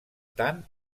tant